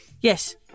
Yes